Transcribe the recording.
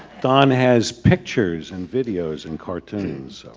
don has pictures and videos and cartoons.